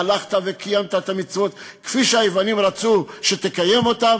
הלכת וקיימת את המצוות כפי שהיוונים רצו שתקיים אותן,